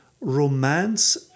romance